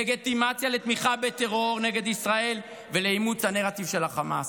לגיטימציה לתמיכה בטרור נגד ישראל ולאימוץ הנרטיב של החמאס.